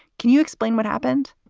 can you explain what happened?